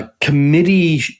Committee